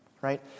right